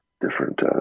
different